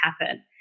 happen